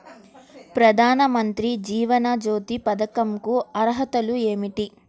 ప్రధాన మంత్రి జీవన జ్యోతి పథకంకు అర్హతలు ఏమిటి?